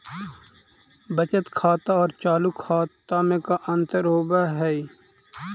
बचत खाता और चालु खाता में का अंतर होव हइ?